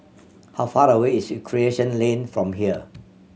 how far away is Recreation Lane from here